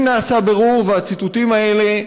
4. אם נעשה בירור והציטוטים האלה מדויקים,